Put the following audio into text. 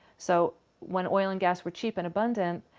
so when oil and gas were cheap and abundant,